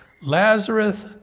Lazarus